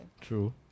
True